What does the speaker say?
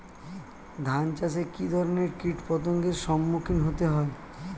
ধান চাষে কী ধরনের কীট পতঙ্গের সম্মুখীন হতে হয়?